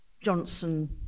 Johnson